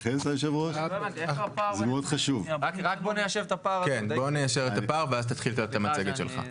בוא ניישר את הפער ואז תמשיך את המצגת שלך.